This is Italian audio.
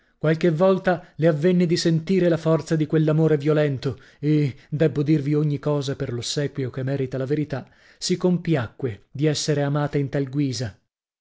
qualche volta le avvenne di sentire la forza di quell'amore violento e debbo dirvi ogni cosa per l'ossequio che merita la verità si compiacque di essere amata in tal guisa